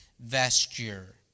vesture